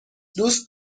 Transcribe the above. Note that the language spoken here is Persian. دوست